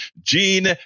Gene